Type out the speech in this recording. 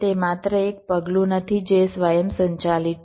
તે માત્ર એક પગલું નથી જે સ્વયંસંચાલિત છે